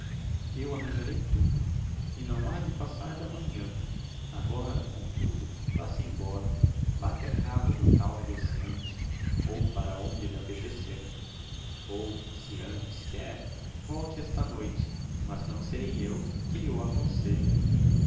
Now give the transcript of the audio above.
eu arranjarei tudo e não ha de passar d'amanhã agora comtudo vá se embora vá até casa do tal negociante ou para onde lhe apetecer ou se antes quer volte esta noite mas não serei eu que lh'o aconselhe